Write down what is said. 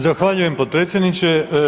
Zahvaljujem potpredsjedniče.